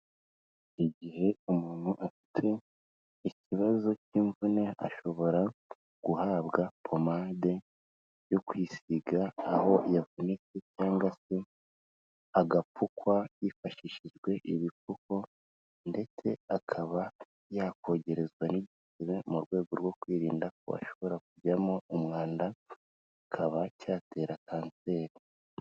Igihe umuntu afite ikibazo cy'imvune ashobora guhabwa pomade yo kwisiga aho yavunitse cyangwa se agapfukwa hifashishijwe ibipfuko ndetse akaba yakogerezwa n'igisebe mu rwego rwo kwirinda ko ashobora kujyamo umwanda, kikaba cyatera kanseri.